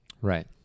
Right